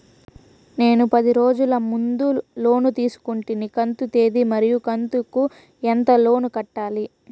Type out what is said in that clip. నేను పది రోజుల ముందు లోను తీసుకొంటిని కంతు తేది మరియు కంతు కు ఎంత లోను కట్టాలి?